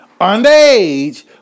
underage